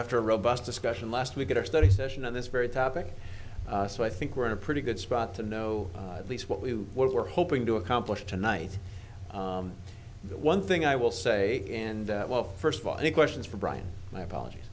after a robust discussion last we get our study session on this very topic so i think we're in a pretty good spot to know at least what we were hoping to accomplish tonight but one thing i will say and well first of all any questions for brian my apologies